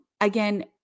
Again